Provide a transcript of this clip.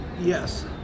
Yes